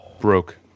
Broke